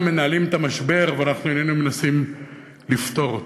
מנהלים את המשבר אבל איננו מנסים לפתור אותו.